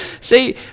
See